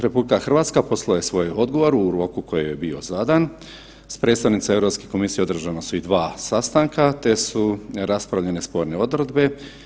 RH poslala je svoj odgovor u roku koji joj je bio zadan, s predstavnicom Europske komisije održana su i dva sastanka te su raspravljane sporne odredbe.